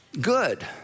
good